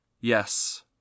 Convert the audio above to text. Yes